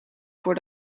voor